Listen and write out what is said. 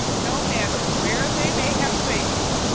no matter where they may have strayed to,